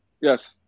yes